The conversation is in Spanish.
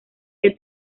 que